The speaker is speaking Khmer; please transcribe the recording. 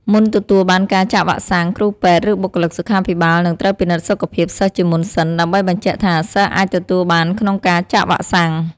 មុនទទួលបានការចាក់វ៉ាក់សាំង គ្រូពេទ្យ ឬបុគ្គលិកសុខាភិបាលនឹងត្រូវពិនិត្យសុខភាពសិស្សជាមុនសិន ដើម្បីបញ្ជាក់ថាសិស្សអាចទទួលបានក្នុងការចាក់វ៉ាក់សាំង។